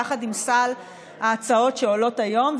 יחד עם סל ההצעות שעולות היום.